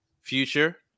Future